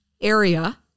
area